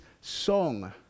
song